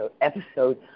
episode